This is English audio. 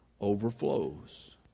overflows